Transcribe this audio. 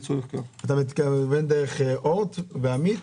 דרך אורט ואמית?